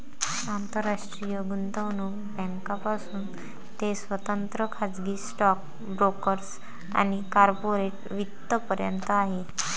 आंतरराष्ट्रीय गुंतवणूक बँकांपासून ते स्वतंत्र खाजगी स्टॉक ब्रोकर्स आणि कॉर्पोरेट वित्त पर्यंत आहे